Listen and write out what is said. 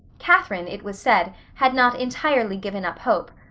catherine, it was said, had not entirely given up hope,